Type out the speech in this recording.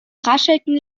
raschelten